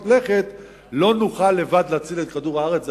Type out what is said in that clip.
לכת לא נוכל לבד להציל את כדור הארץ.